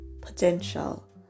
potential